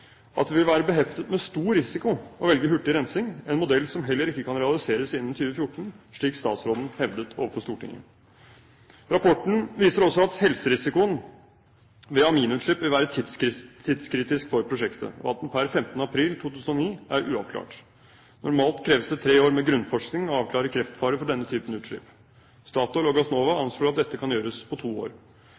at det vil være beheftet med stor risiko å velge hurtig rensing, en modell som heller ikke kan realiseres innen 2014, slik statsråden hevdet overfor Stortinget. Rapporten viser også at helserisikoen ved aminutslipp vil være tidskritisk for prosjektet, og at den per 15. april 2009 er uavklart. Normalt kreves det tre år med grunnforskning å avklare kreftfare for denne typen utslipp. Statoil og Gassnova anslår at dette kan gjøres på to år.